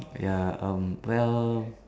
ya um well